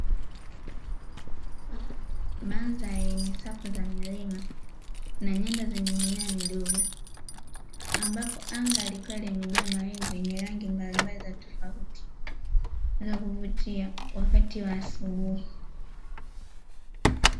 Mandhari yenye safu za milima na nyanda zenye mimea midogo, ambapo anga likiwa limeejaa mawingu yenye rangi mbalimbali za tofauti, na kuvutia wakati wa asubuhi.